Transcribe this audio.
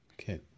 Okay